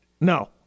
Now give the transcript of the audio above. No